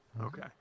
Okay